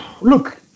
Look